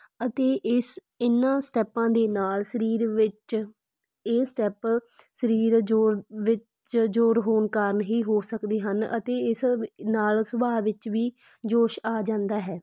ਅਤੇ ਇਸ ਇਨ੍ਹਾਂ ਸਟੈਪਾਂ ਦੇ ਨਾਲ ਸਰੀਰ ਵਿੱਚ ਇਹ ਸਟੈਪ ਸਰੀਰ ਜੋਰ ਵਿੱਚ ਜ਼ੋਰ ਹੋਣ ਕਾਰਨ ਹੀ ਹੋ ਸਕਦੇ ਹਨ ਅਤੇ ਇਸ ਨਾਲ ਸੁਭਾਅ ਵਿੱਚ ਵੀ ਜੋਸ਼ ਆ ਜਾਂਦਾ ਹੈ